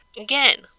Again